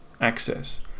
access